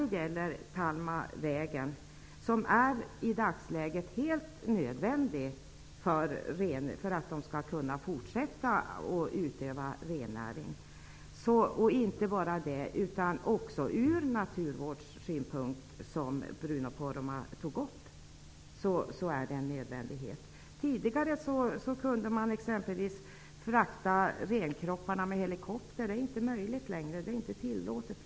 Talmavägen är i dagsläget helt nödvändig för att samebyn skall kunna fortsätta att utöva rennäring. Den är nödvändig även från naturvårdssynpunkt, som Bruno Poromaa nämnde. Tidigare kunde renkropparna fraktas med exempelvis helikopter, men det är inte längre tillåtet.